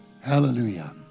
Hallelujah